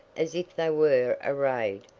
as if they were arrayed,